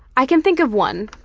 i can think of one,